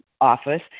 office